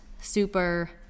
super